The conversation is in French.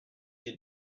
j’ai